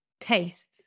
tastes